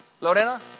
Lorena